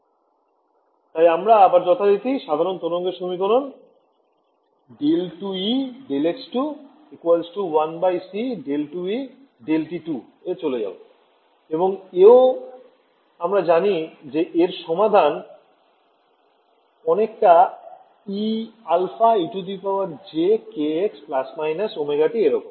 ∂2E 1 ∂2E 2 2 2 ∂x c ∂t তাই আমরা আবার যথারীতি সাধারন তরঙ্গের সমীকরণ এ চলে যাবো এবং এও আমরা জানি যে এর সমাধান অনেকটা Eαejkx±ωt এরকম